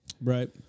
Right